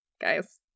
guys